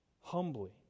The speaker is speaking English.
humbly